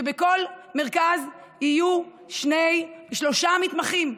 שבכל מרכז יהיו שלושה מתמחים.